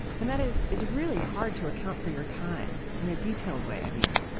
and that is it's really hard to account for your time in a detailed way. i mean,